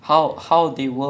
it's really cool brother